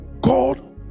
God